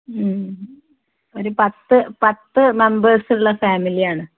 ഒരു പത്ത് പത്ത് മെമ്പേഴ്സുള്ള ഫാമിലിയാണ്